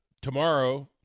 Tomorrow